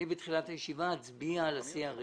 אני אצביע בתחילת הישיבה על ה-CRS.